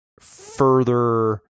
further